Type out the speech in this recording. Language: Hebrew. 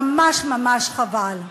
ממש ממש חבל.